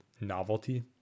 novelty